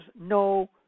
no